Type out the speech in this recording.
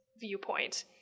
viewpoint